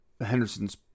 Henderson's